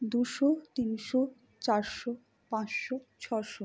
দুশো তিনশো চারশো পাঁচশো ছশো